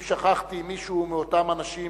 אם שכחתי מישהו מאותם אנשים